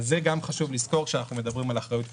אז חשוב לזכור גם את זה כשאנחנו מדברים על אחריות פיסקלית.